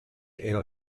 ill